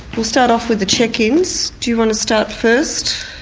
we start off with the check-ins. do you want to start first?